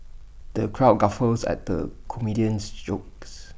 the crowd guffawed at the comedian's jokes